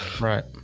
Right